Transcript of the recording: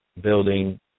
building